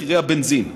מחירי הבנזין.